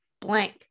blank